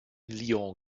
lyon